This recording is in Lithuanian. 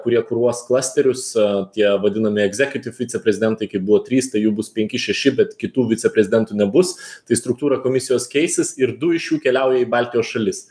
kurie kuruos klasterius tie vadinami egzekjuti viceprezidentai kaip buvo trys tai jų bus penki šeši bet kitų viceprezidentų nebus tai struktūra komisijos keisis ir du iš jų keliauja į baltijos šalis